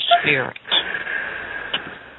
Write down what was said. Spirit